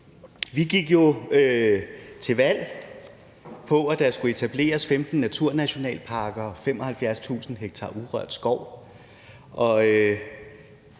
Vi gik jo til valg på, at der skulle etableres 15 naturnationalparker og 75.000 ha urørt skov.